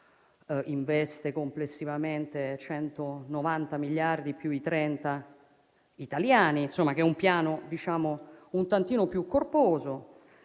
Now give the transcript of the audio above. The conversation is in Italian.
investe complessivamente 190 miliardi, più i 30 italiani; insomma è un Piano un tantino più corposo.